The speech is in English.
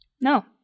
No